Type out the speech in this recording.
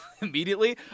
Immediately